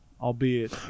albeit